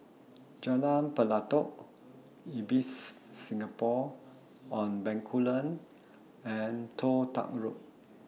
Jalan Pelatok Ibis Singapore on Bencoolen and Toh Tuck Road